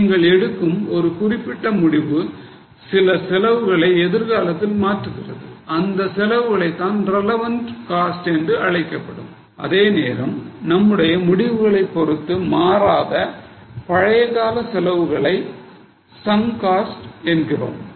நீங்கள் எடுக்கும் ஒரு குறிப்பிட்ட முடிவு சில செலவுகளை எதிர்காலத்தில் மாற்றுகிறது அந்த செலவுகளை தான் relevant cost என்று அழைக்கப்படும் அதேநேரம் நம்முடைய முடிவுகளைப் பொறுத்து மாறாத பழையகால செலவுகளை sunk cost என்கிறோம்